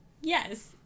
Yes